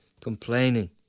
complaining